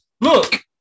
Look